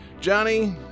Johnny